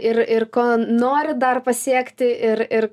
ir ir ko nori dar pasiekti ir ir